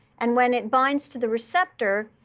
and when it binds to the receptor,